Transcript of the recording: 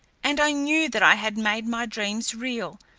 and i knew that i had made my dreams real,